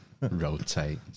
Rotate